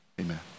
Amen